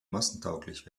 massentauglich